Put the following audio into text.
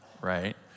right